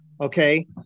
okay